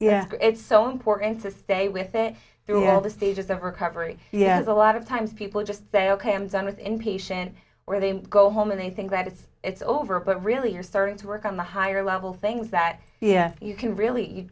and it's so important to stay with it through all the stages of recovery yes a lot of times people just say ok i'm done with inpatient or they go home and they think that it's it's over but really you're starting to work on the higher level things that you can really